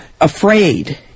afraid